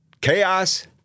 Chaos